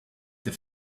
they